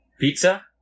pizza